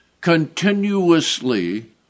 continuously